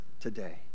today